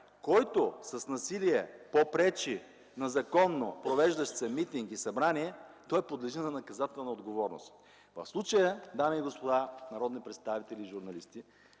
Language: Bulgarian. „Който с насилие попречи на законно провеждащ се митинг или събрание, той подлежи на наказателна отговорност.” Дами и господа народни представители и журналисти,